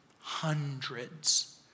hundreds